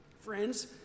friends